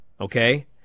okay